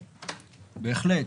בהחלט.